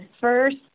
first